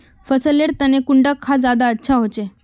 फसल लेर तने कुंडा खाद ज्यादा अच्छा होचे?